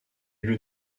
eut